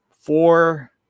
four